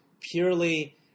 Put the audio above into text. purely